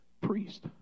priest